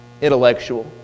intellectual